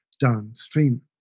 downstream